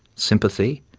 sympathy,